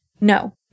No